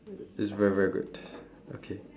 is very very good okay